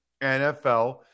NFL